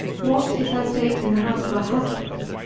what is her state in the house of a husband?